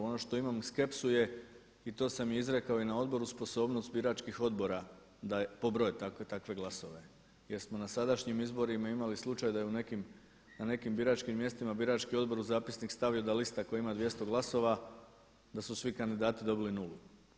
Ono što imamo skepsu je i to sam i izrekao i na odboru sposobnost biračkih odbora da pobroje takve, takve glasove jer smo na sadašnjim izborima imali slučaj da je u nekim biračkim mjestima birački odbor u zapisnik stavio da lista koja ima 200 glasova da su svi kandidati dobili nulu.